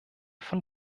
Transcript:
von